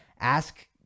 ask